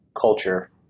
culture